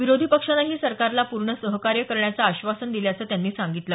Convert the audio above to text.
विरोधी पक्षानंही सरकारला पूर्ण सहकार्य करण्याचं आश्वासन दिल्याचं त्यांनी सांगितलं